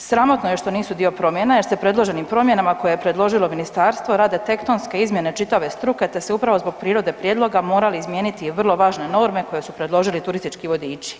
sramotno je što nisu dio promjene jer se predloženim promjenama koje je predložilo ministarstvo, rade tektonske izmjene čitave struke te ste upravo zbog prirode prijedloga morali izmijeniti vrlo važne norme koje su predložili turistički vodiči.